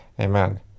Amen